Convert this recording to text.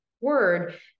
word